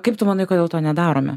kaip tu manai kodėl to nedarome